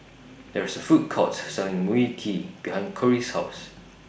There IS A Food Court Selling Mui Kee behind Cori's House